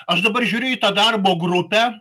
aš dabar žiūriu į tą darbo grupę